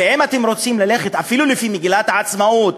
ואם אתם רוצים ללכת אפילו לפי מגילת העצמאות,